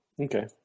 Okay